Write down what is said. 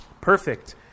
Perfect